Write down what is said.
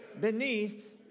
beneath